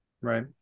Right